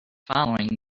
following